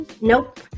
nope